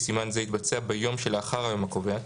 סימן זה יתבצע ביום שלאחר היום הקובע,